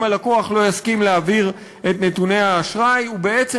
אם הלקוח לא יסכים להעביר את נתוני האשראי הוא בעצם,